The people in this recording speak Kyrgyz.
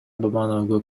бабановго